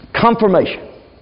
Confirmation